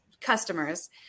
customers